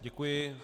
Děkuji.